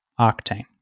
Octane